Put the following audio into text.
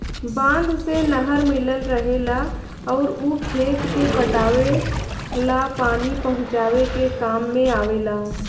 बांध से नहर मिलल रहेला अउर उ खेते के पटावे ला पानी पहुचावे के काम में आवेला